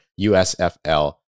USFL